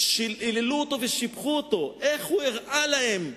היללו אותו ושיבחו אותו: איך הוא הראה להם.